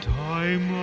time